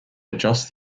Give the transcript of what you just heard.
adjust